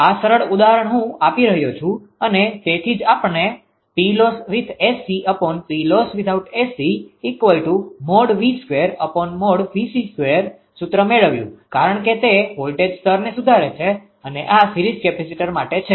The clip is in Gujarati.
આ સરળ ઉદાહરણ હું આપી રહ્યો છુ અને તેથી જ આપણે સુત્ર મેળવ્યું કારણ કે તે વોલ્ટેજ સ્તરને સુધારે છે અને આ સીરીઝ કેપેસિટર માટે છે